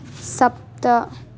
सप्त